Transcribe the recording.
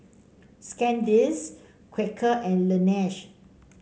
Sandisk Quaker and Laneige